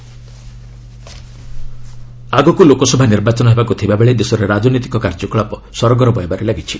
overall election ଆଗକୁ ଲୋକସଭା ନିର୍ବାଚନ ହେବାକୁ ଥିବାବେଳେ ଦେଶରେ ରାଜନୈତିକ କାର୍ଯ୍ୟକଳାପ ସରଗରମ ହେବାରେ ଲାଗିଛି